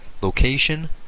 location